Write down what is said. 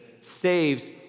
saves